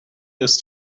ist